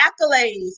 accolades